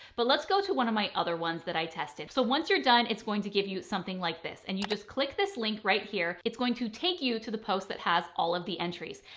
but let's go to one of my other ones that i tested. so once you're done, it's going to give you something like this and you just click this link right here. it's going to take you to the post that has all of the entries.